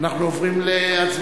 הצעת חוק ההתייעלות